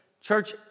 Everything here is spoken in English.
Church